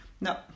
No